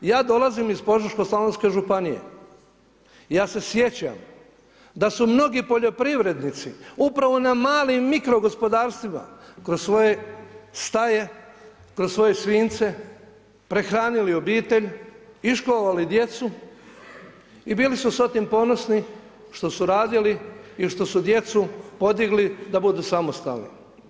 Ja dolazim iz Požeško-slavonske županije, ja se sjećam da su mnogi poljoprivrednici upravo na malim, mikro gospodarstvima kroz svoje staje, kroz svoje svinjce prehranili obitelj, iškolovali djecu i bili su s tim ponosni što su radili i što su djecu podigli da budu samostalni.